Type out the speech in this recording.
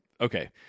Okay